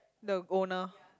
the owner